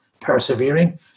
persevering